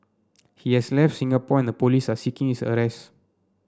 he has left Singapore and the police are seeking his arrest